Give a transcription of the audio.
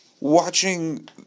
watching